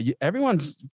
Everyone's